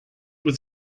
was